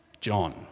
John